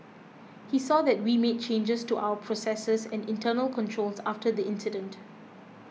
he saw that we made changes to our processes and internal controls after the incident